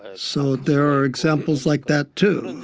ah so there are examples like that too.